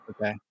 Okay